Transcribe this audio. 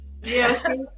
yes